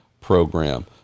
program